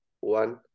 one